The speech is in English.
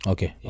Okay